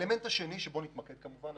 האלמנט השני, שבו נתמקד, הוא